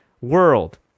world